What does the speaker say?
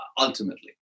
Ultimately